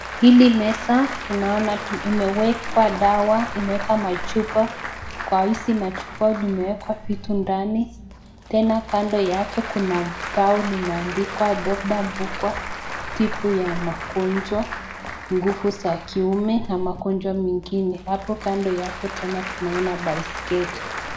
Hili meza tunaona imewekwa dawa, imewekwa machupa. Kwa hizi machupa imewekwa vitu ndani. Tena kando yake kuna bao limeandikwa Dr Mduba, Tibu ya magonjwa, nguvu za kiume na magonjwa mengine. Hapo kando yake tena tunaona baiskeli.